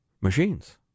machines